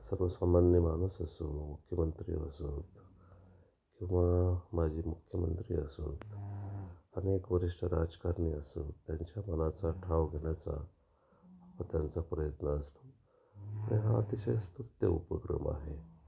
सर्वसामान्य माणूस असो मुख्यमंत्री असोत किंवा माजी मुख्यमंत्री असोत अनेक वरिष्ठ राजकारणी असो त्यांच्या मनाचा ठाव घेण्याचा त्यांचा प्रयत्न असतो आणि हा अतिशय स्तुत्य उपक्रम आहे